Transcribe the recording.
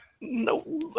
no